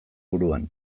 buruan